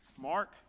Mark